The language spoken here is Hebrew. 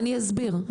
אני אסביר.